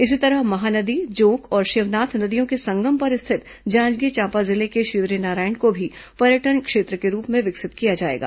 इसी तरह महानदी जोंक और शिवनाथ नदियों के संगम पर स्थित जांजगीर चांपा जिले के शिवरीनारायण को भी पर्यटन क्षेत्र के रूप में विकसित किया जाएगा